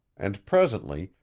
and presently,